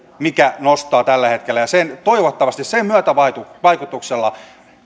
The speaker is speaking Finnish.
mikä nostaa tällä hetkellä ja toivottavasti sen myötävaikutuksella